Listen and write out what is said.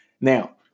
Now